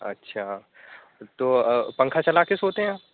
اچھا تو پنکھا چلا کے سوتے ہیں آپ